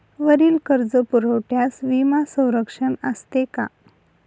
वरील कर्जपुरवठ्यास विमा संरक्षण असते का?